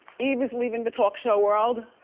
eve is leaving the talk show world.